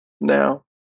now